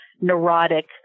neurotic